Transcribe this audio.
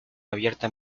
abierta